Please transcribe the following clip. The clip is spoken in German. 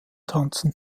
tanzen